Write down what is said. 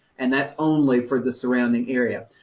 and that's only for the surrounding area.